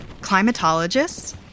climatologists